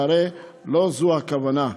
והרי לא לכך הכוונה.